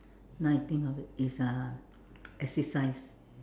now I think of it is uh exercise